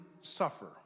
suffer